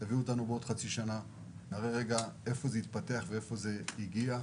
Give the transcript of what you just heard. תביאו אותנו בעוד חצי שנה ונראה איפה זה התפתח ולאן זה הגיע.